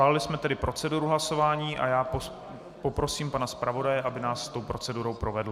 Schválili jsme tedy proceduru hlasování a já poprosím pana zpravodaje, aby nás tou procedurou provedl.